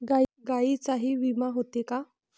गायींचाही विमा होते का?